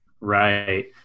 Right